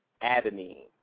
Adenine